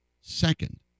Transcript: second